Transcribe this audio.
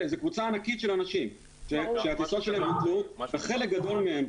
זו קבוצה ענקית של אנשים שחלק גדול מהם,